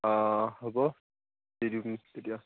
অ হ'ব দি দিম তেতিয়া